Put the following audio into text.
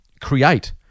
create